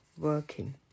working